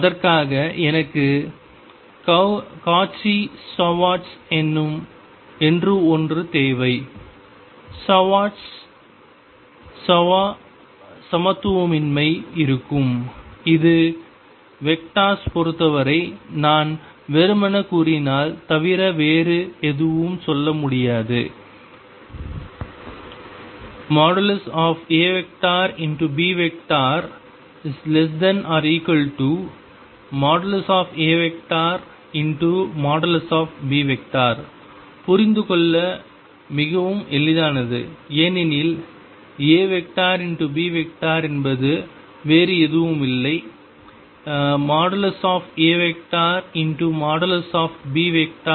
அதற்காக எனக்கு Cauchy Schwarz என்று ஒன்று தேவை ஸ்வார்ட்ஸ் ஸ்வா சமத்துவமின்மையாக இருக்கும் இது வெக்டார்களைப் பொறுத்தவரை நான் வெறுமனே கூறினால் தவிர வேறு எதுவும் சொல்ல முடியாது |A B |≤|A ||B| புரிந்து கொள்ள மிகவும் எளிதானது ஏனெனில் A B என்பது வேறு எதுவும் இல்லை|A |Bcos